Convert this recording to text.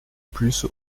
plus